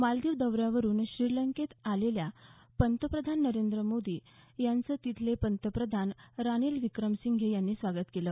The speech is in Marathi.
मालदीव दौऱ्यावरून श्रीलंकेत आलेल्या पंतप्रधान मोदी यांचं तिथले पंतप्रधान रानिल विक्रमसिंघे यांनी स्वागत केलं